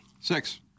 Six